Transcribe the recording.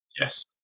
Yes